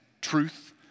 truth